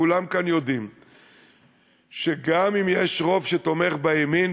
כולם כאן יודעים שגם אם יש רוב שתומך בימין,